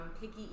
picky